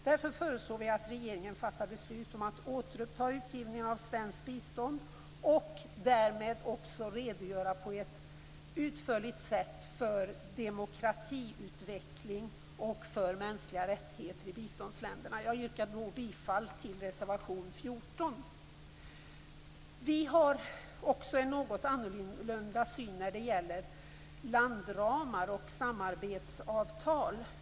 Därför föreslår vi att regeringen fattar beslut om att återuppta utgivningen av Svenskt bistånd och därmed redogöra på ett utförligt sätt för demokratiutveckling och för mänskliga rättigheter i biståndsländerna. Jag yrkar bifall till reservation 14. Vi har också en något annorlunda syn när det gäller landramar och samarbetsavtal.